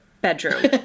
bedroom